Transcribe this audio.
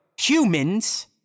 humans